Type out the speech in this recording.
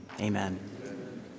amen